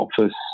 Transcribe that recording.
office